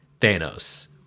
Thanos